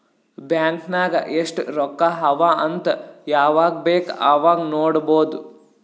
bank ನಾಗ್ ಎಸ್ಟ್ ರೊಕ್ಕಾ ಅವಾ ಅಂತ್ ಯವಾಗ ಬೇಕ್ ಅವಾಗ ನೋಡಬೋದ್